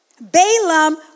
Balaam